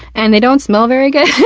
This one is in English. and they don't smell very good.